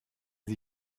sie